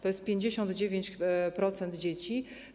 To jest 59% dzieci.